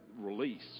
release